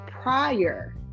prior